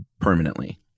permanently